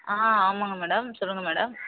ஆ ஆமாங்க மேடம் சொல்லுங்க மேடம்